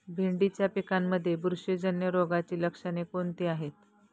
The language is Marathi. भेंडीच्या पिकांमध्ये बुरशीजन्य रोगाची लक्षणे कोणती आहेत?